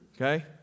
okay